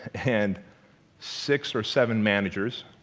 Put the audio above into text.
and six or seven managers.